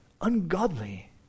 ungodly